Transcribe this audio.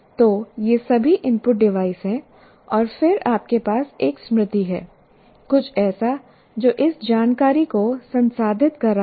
तो ये सभी इनपुट डिवाइस हैं और फिर आपके पास एक स्मृति है कुछ ऐसा जो इस जानकारी को संसाधित कर रहा है